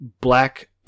black